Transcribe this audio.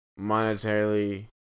monetarily